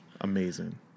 amazing